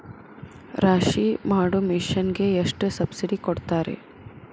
ರಾಶಿ ಮಾಡು ಮಿಷನ್ ಗೆ ಎಷ್ಟು ಸಬ್ಸಿಡಿ ಕೊಡ್ತಾರೆ?